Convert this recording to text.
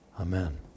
Amen